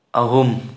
ꯑꯍꯨꯝ